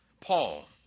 Paul